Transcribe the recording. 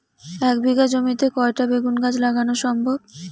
এক বিঘা জমিতে কয়টা বেগুন গাছ লাগানো সম্ভব?